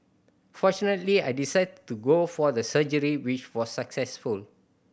fortunately I decided to go for the surgery which was successful